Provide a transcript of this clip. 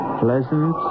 Pleasant